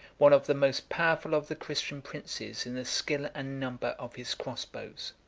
one of the most powerful of the christian princes in the skill and number of his crossbows.